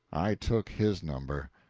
i took his number.